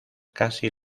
casi